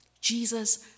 Jesus